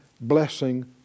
blessing